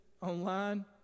online